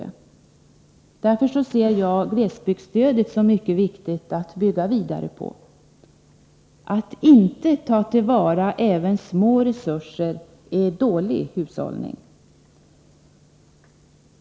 Därför ser jag glesbygdsstödet som mycket viktigt att bygga vidare på. Att inte ta till vara även små resurser är dålig hushållning.